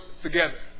together